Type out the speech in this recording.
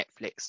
Netflix